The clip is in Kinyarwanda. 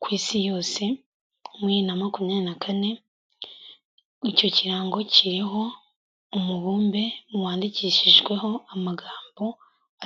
ku Isi yose muri bibiri na makumyabiri na kane, icyo kirango kiriho umubumbe wandikishijweho amagambo